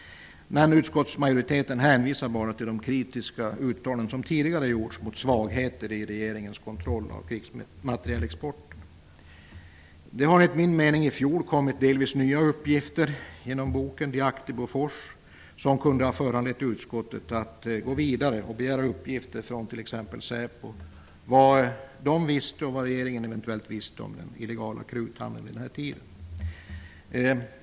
Men utskottsmajoriteten hänvisar bara till de kritiska uttalanden som tidigare gjorts om svagheter i regeringens kontroll av krigsmaterielexporten. Det har enligt min mening i fjol kommit delvis nya uppgifter genom boken Die Akte Bofors som kunde ha föranlett utskottet att gå vidare och begära uppgifter från t.ex. SÄPO om vad det visste och vad regeringen eventuellt visste om den illegala kruthandeln vid denna tid.